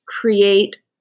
create